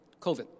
COVID